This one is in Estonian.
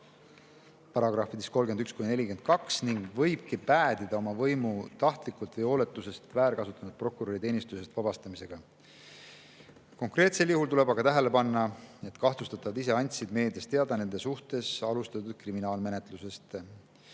§-des 31–42 ning võibki päädida oma võimu tahtlikult või hooletusest väärkasutanud prokuröri teenistusest vabastamisega. Konkreetsel juhul tuleb aga tähele panna, et kahtlustatavad ise andsid meedias teada nende suhtes alustatud kriminaalmenetlusest.